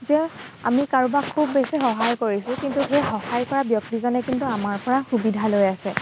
যে আমি কাৰোবাক খুব বেছি সহায় কৰিছোঁ কিন্তু সেই সহায় কৰা ব্যক্তিজনে কিন্তু আমাৰ পৰা সুবিধা লৈ আছে